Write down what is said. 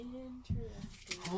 interesting